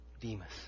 Demas